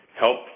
help